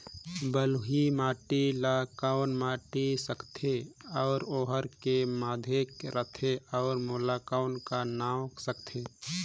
बलुही माटी ला कौन माटी सकथे अउ ओहार के माधेक राथे अउ ओला कौन का नाव सकथे?